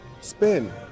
spin